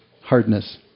hardness